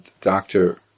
doctor